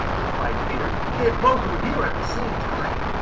replied peter, if both were here at the same time,